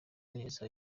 neza